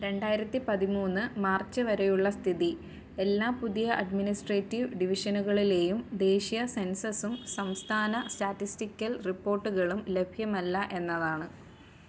രണ്ടായിരത്തി പതിമൂന്ന് മാർച്ച് വരെയുള്ള സ്ഥിതി എല്ലാ പുതിയ അഡ്മിനിസ്ട്രേറ്റീവ് ഡിവിഷനുകളിലെയും ദേശീയ സെൻസസും സംസ്ഥാന സ്റ്റാറ്റിസ്റ്റിക്കൽ റിപ്പോർട്ടുകളും ലഭ്യമല്ല എന്നതാണ്